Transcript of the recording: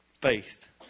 faith